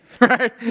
right